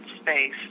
space